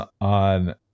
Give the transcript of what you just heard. on